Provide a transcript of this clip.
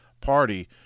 Party